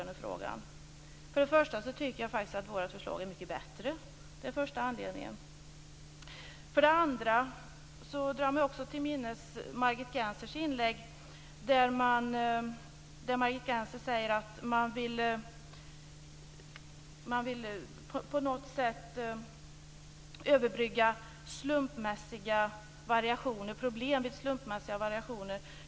För det första tycker jag att vårt förslag är mycket bättre. För det andra drar jag mig till minnes Margit Gennsers inlägg där hon sade att man på något sätt vill överbrygga problem vid slumpmässiga variationer.